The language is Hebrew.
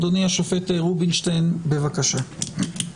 אדוני השופט רובינשטיין, בבקשה.